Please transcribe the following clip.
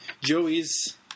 Joey's